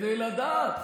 כדי לדעת